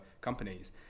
companies